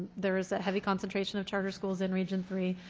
there is a heavy concentration of charter schools in region three.